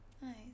Nice